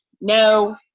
No